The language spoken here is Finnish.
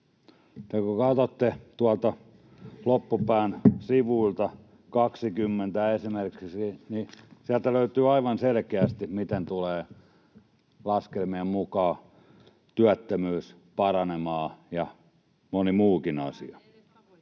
Kun katsotte tuolta loppupään sivuilta, 20 esimerkiksi, niin sieltä löytyy aivan selkeästi, miten tulee laskelmien mukaan työttömyys ja moni muukin asia